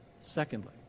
Secondly